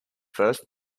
first